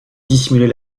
dissimuler